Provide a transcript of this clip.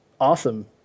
Awesome